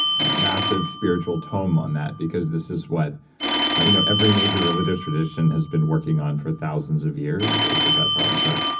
massive spiritual tome on that because this is what you know every major religious tradition has been working on for thousands of years is is that problem so